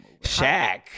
shaq